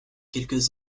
quelques